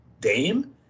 Dame